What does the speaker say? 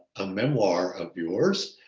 a memoir of yours,